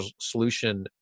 solution